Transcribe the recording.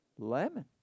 Lemon